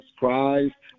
Christ